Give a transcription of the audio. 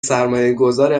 سرمایهگذار